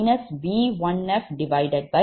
14 j4